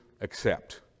accept